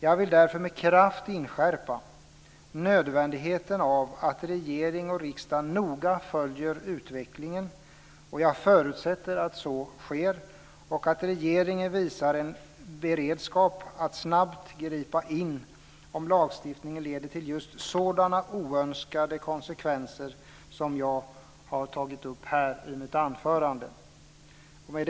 Jag vill därför med kraft inskärpa nödvändigheten av att regering och riksdag noga följer utvecklingen. Jag förutsätter att så sker och att regeringen visar en beredskap att snabbt gripa in om lagstiftningen leder till just sådana oönskade konsekvenser som jag har tagit upp i mitt anförande. Fru talman!